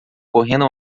correndo